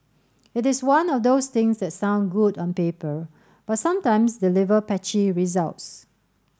it is one of those things that sounds good on paper but sometimes deliver patchy results